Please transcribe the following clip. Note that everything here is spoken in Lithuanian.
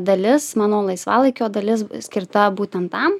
dalis mano laisvalaikio dalis skirta būtent tam